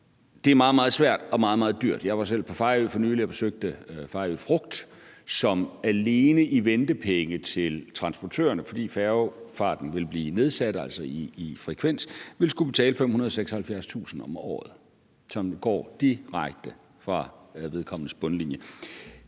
meget, meget svært og meget, meget dyrt. Jeg var selv på Fejø for nylig og besøgte Fejø Frugt, som alene i ventepenge til transportørerne, fordi færgefarten ville blive nedsat, altså i frekvens, ville skulle betale 576.000 kr. om året, som går direkte fra vedkommendes bundlinje.